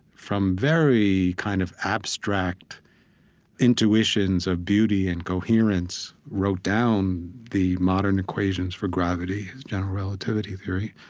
from very kind of abstract intuitions of beauty and coherence, wrote down the modern equations for gravity, his general relativity theory,